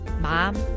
mom